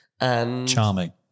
Charming